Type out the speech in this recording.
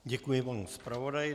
Děkuji panu zpravodaji.